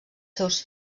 seus